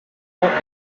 può